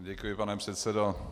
Děkuji, pane předsedo.